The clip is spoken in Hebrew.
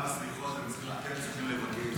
כמה סליחות אתם צריכים לבקש.